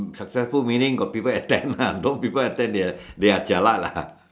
successful meaning got people attend lah no people attend they are jialat lah